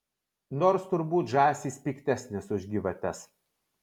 nors turbūt žąsys piktesnės už gyvates